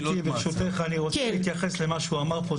ברשותך אני רוצה להתייחס למה שהוא אמר פה,